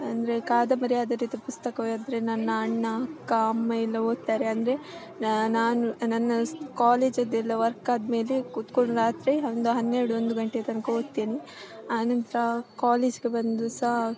ಅಂದರೆ ಕಾದಂಬರಿ ಆಧಾರಿತ ಪುಸ್ತಕವಾದ್ರೆ ನನ್ನ ಅಣ್ಣ ಅಕ್ಕ ಅಮ್ಮ ಎಲ್ಲ ಓದ್ತಾರೆ ಅಂದರೆ ನಾನು ನನ್ನ ಸ್ ಕಾಲೇಜದ್ದೆಲ್ಲ ವರ್ಕ್ ಆದ್ಮೇಲೆ ಕೂತ್ಕೊಂಡು ರಾತ್ರಿ ಅಂದು ಹನ್ನೆರ್ಡು ಒಂದು ಗಂಟೆ ತನಕ ಓದ್ತೀನಿ ಆ ನಂತ್ರ ಕಾಲೇಜಿಗೆ ಬಂದು ಸಹ